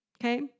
okay